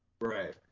right